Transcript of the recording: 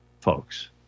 folks